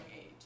age